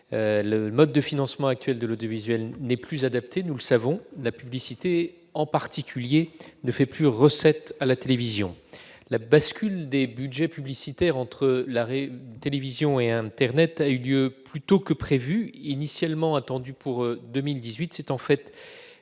Le mode de financement actuel de l'audiovisuel n'est plus adapté, nous le savons. La publicité, en particulier, ne fait plus recette à la télévision. La bascule des budgets publicitaires entre la télévision et internet a eu lieu plus tôt que prévu. Initialement attendue pour 2018, elle s'est en fait